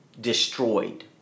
destroyed